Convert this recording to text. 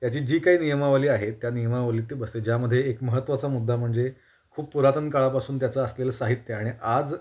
याची जी काही नियमावली आहे त्या नियमावलीत ती बसते ज्यामध्ये एक महत्त्वाचा मुद्दा म्हणजे खूप पुरातन काळापासून त्याचं असलेलं साहित्य आणि आज